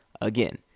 Again